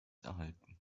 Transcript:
erhalten